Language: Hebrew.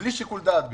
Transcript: בלי שיקול דעת בכלל.